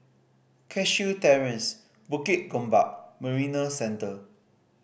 Cashew Terrace Bukit Gombak Marina Centre